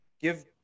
give